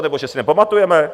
Nebo že si nepamatujeme?